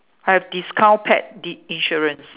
have discount pet the insurance